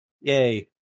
Yay